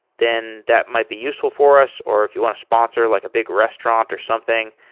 then that might be useful for us, or if you want to sponsor like a big restaurant or something,